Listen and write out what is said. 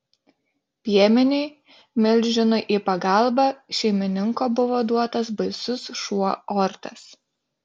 piemeniui milžinui į pagalbą šeimininko buvo duotas baisus šuo ortas